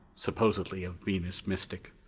supposedly a venus mystic.